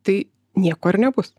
tai nieko ir nebus